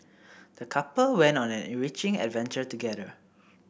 the couple went on an enriching adventure together